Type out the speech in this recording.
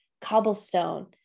cobblestone